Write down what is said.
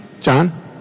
John